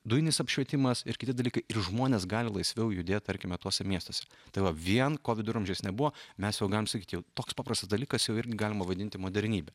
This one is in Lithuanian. dujinis apšvietimas ir kiti dalykai ir žmonės gali laisviau judėti tarkime tuose miestuose tai va vien ko viduramžiais nebuvo mes jau galim sakyti jau toks paprastas dalykas irgi galima vadinti modernybe